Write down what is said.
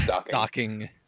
Stocking